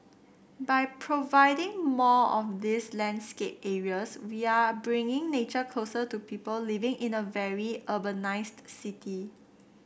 by providing more of these landscape areas we're bringing nature closer to people living in a very urbanised city